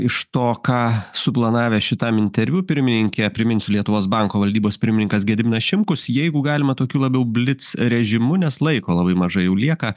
iš to ką suplanavę šitam interviu pirmininke priminsiu lietuvos banko valdybos pirmininkas gediminas šimkus jeigu galima tokiu labiau blic režimu nes laiko labai mažai jau lieka